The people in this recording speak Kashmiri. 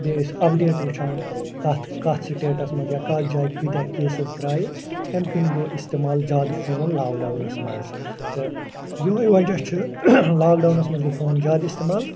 بیٚیہِ ٲسۍ اپڈیٹ وٕچھان کَتھ کَتھ سِٹیٹس منٛز یا کَتھ جایہِ کۭتیٛاہ کیسٕز درٛایہِ تَمہِ کِنۍ گوٚو استعمال زیادٕ فون لاک ڈاونس منٛز تہٕ یِہوٚے وجہ چھُ لاک ڈاونس منٛز گوٚو فون زیادٕ استعمال